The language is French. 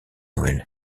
noël